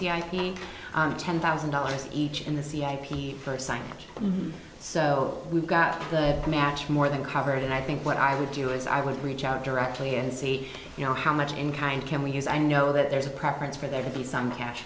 streets ten thousand dollars each in the c h p for signage so we've got the match more than covered and i think what i would do is i would reach out directly and see you know how much in kind can we use i know that there's a preference for there to be some cash